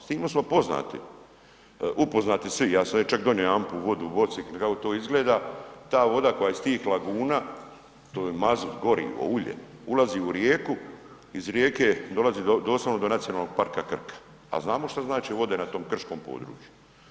S time smo poznati, upoznati svi, ja sam ovdje čak donia jedanput vodu u boci, kako to izgleda, ta voda koja je iz tih laguna to je mazut, gorivo, ulje, ulazi u rijeku, iz rijeke dolazi doslovno do Nacionalnog parka Krka, a znamo šta znače vode na tom krškom području.